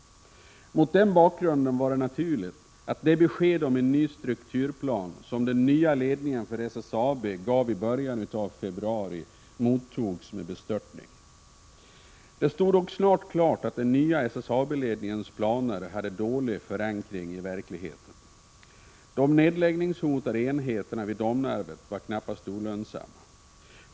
Mot den bakgrunden var det naturligt att det besked om en ny strukturplan som den nya ledningen för SSAB gav i början av februari mottogs med bestörtning. Det stod dock snart klart att den nya SSAB-ledningens planer hade dålig förankring i verkligheten. De nedläggningshotade enheterna vid Domnarvet var knappast olönsamma.